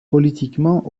politiquement